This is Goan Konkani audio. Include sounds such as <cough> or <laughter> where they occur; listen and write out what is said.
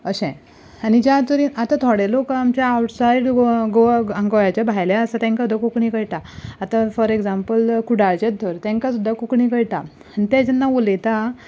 अशें आनी ज्या तरेन आतां थोडे लोक आमचे आउटसायड गोवा गोवा <unintelligible> गोंयाचे भायले आसा तेंका आतां कोंकणी कळटा आतां फोर एक्झाम्पल कुडाळचेच धर तेंका सुद्दां कोंकणी कळटा आनी ते जेन्ना उलयता